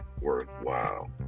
worthwhile